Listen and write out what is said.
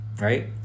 right